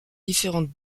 différentes